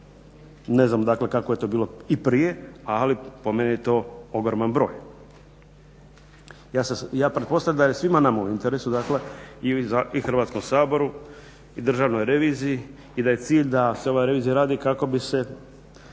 Ne znamo dakle kako je to bilo i prije, ali po meni je to ogroman broj. Ja pretpostavljam da je svima nama u interesu, dakle i Hrvatskom saboru i Državnoj reviziji i da je cilj da se ova revizija radi kako bi se